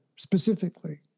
specifically